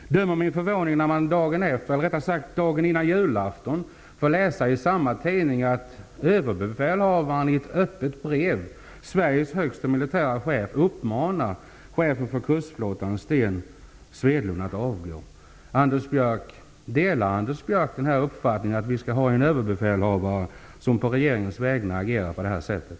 Döm om min förvåning när man dagen före julafton får läsa i samma tidning att överbefälhavaren, Sveriges högste militära chef, i ett öppet brev uppmanar chefen för kustflottan, Sten Swedlund, att avgå. Delar Anders Björck uppfattningen att vi skall ha en överbefälhavare som på regeringens vägnar agerar på detta sätt?